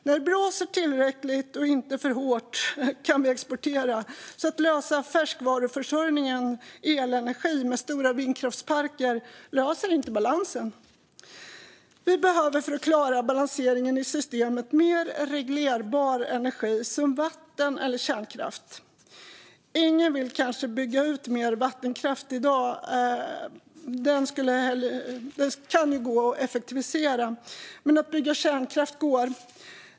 När det blåser tillräckligt och inte för hårt kan vi exportera. Att möta färskvaruförsörjningen av elenergi med stora vindkraftsparker löser inte balansen. För att klara balansen i systemet behöver vi mer reglerbar energi, som vatten eller kärnkraft. Ingen vill kanske bygga ut mer vattenkraft i dag. Den kan dock gå att effektivisera. Men att bygga kärnkraft går.